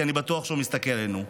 כי אני בטוח שהוא מסתכל עלינו: